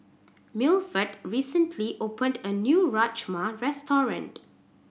Milford recently opened a new Rajma Restaurant